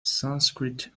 sanskrit